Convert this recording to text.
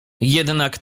jednak